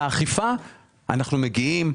באכיפה אנחנו מגיעים,